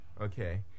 okay